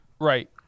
Right